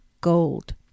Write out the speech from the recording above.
gold